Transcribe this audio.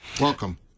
Welcome